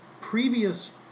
previous